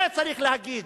את זה צריך להגיד.